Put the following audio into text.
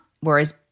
Whereas